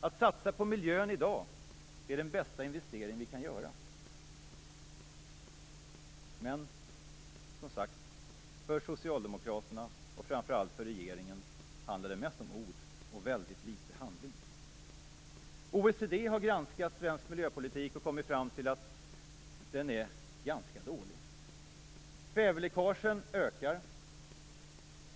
Att satsa på miljön i dag är den bästa investering vi kan göra. Men för Socialdemokraterna, och framför allt för regeringen, handlar det mest om ord och väldigt litet handling. OECD har granskat svensk miljöpolitik och kommit fram till att den är ganska dålig. Kväveläckagen ökar.